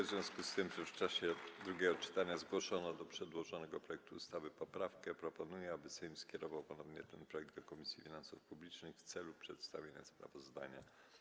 W związku z tym, że w czasie drugiego czytania zgłoszono do przedłożonego projektu ustawy poprawkę, proponuję, aby Sejm skierował ponownie ten projekt do Komisji Finansów Publicznych w celu przedstawienia sprawozdania.